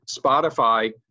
Spotify